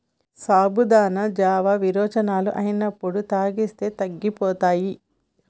సాబుదానా జావా విరోచనాలు అయినప్పుడు తాగిస్తే తగ్గిపోతాయి